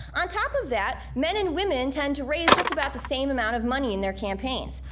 on top of that, men and women tend to raise just about the same amount of money in their campaigns.